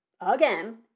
again